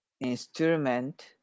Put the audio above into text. instrument